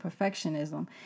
perfectionism